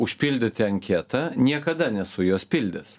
užpildyti anketą niekada nesu jos pildęs